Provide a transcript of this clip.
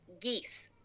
geese